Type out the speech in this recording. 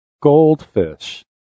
Goldfish